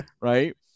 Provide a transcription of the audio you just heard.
right